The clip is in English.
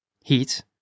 Heat